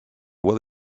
will